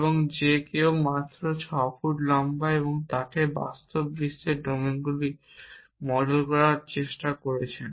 এবং যে কেউ মাত্র 6 ফুট লম্বা আপনি যখন বাস্তব বিশ্বের ডোমেনগুলি মডেল করার চেষ্টা করছেন